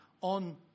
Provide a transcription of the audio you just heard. on